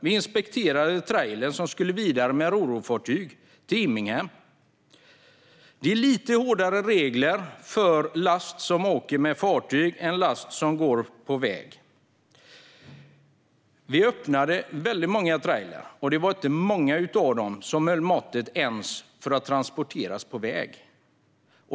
Vi inspekterade trailrar som skulle vidare med rorofartyg till Immingham. Det är lite hårdare regler för last som åker med fartyg än för last som går på väg. Vi öppnade många trailrar, och det var inte många som höll måttet ens för att gå på väg.